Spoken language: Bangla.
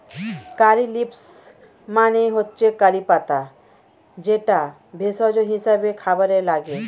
কারী লিভস মানে হচ্ছে কারি পাতা যেটা ভেষজ হিসেবে খাবারে লাগে